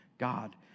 God